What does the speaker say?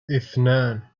إثنان